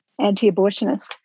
anti-abortionist